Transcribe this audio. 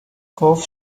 گفت